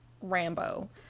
rambo